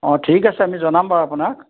অঁ ঠিক আছে আমি জনাম বাৰু আপোনাক